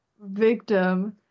victim